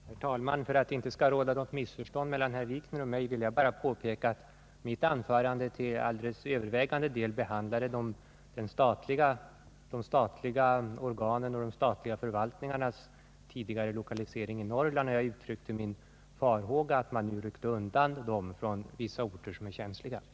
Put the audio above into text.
Herr talman! För att det inte skall råda något missförstånd mellan herr Wikner och mig vill jag påpeka att mitt anförande till övervägande delen handlade om de statliga organ och förvaltningar som tidigare varit lokaliserade i Norrland. Jag uttryckte mina farhågor för att man ryckte dem undan från vissa känsliga orter.